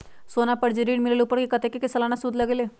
सोना पर जे ऋन मिलेलु ओपर कतेक के सालाना सुद लगेल?